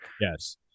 Yes